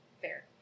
Fair